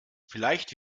vielleicht